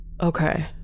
Okay